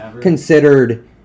considered